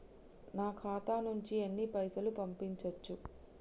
నా ఖాతా నుంచి ఎన్ని పైసలు పంపించచ్చు?